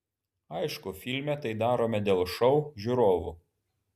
aišku filme tai darome dėl šou žiūrovų